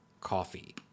coffee